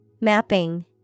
Mapping